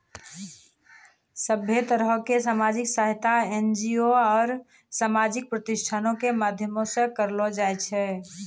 सभ्भे तरहो के समाजिक सहायता एन.जी.ओ आरु समाजिक प्रतिष्ठानो के माध्यमो से करलो जाय छै